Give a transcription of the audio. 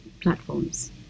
platforms